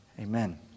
Amen